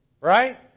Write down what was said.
right